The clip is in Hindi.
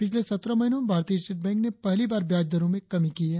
पिछले सत्रह महीनों में भारतीय स्टेट बैंक ने पहली बार ब्याज दरों में कमी की है